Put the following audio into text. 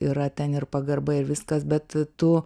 yra ten ir pagarba ir viskas bet tu